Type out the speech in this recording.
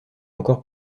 encore